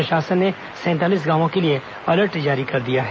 प्रशासन ने सैंतालीस गांवों के लिए अलर्ट जारी कर दिया है